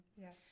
Yes